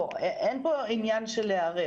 לא, אין פה עניין פה של להיערך.